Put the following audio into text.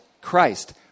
Christ